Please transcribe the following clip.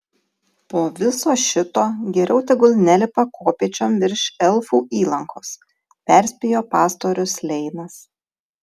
po viso šito geriau tegul nelipa kopėčiom virš elfų įlankos perspėjo pastorius leinas